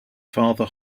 father